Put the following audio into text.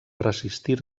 resistir